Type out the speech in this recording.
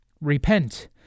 Repent